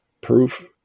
proof